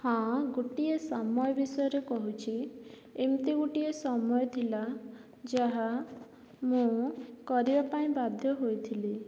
ହଁ ଗୋଟିଏ ସମୟ ବିଷୟରେ କହୁଛି ଏମିତି ଗୋଟିଏ ସମୟ ଥିଲା ଯାହା ମୁଁ କରିବାପାଇଁ ବାଧ୍ୟ ହୋଇଥିଲି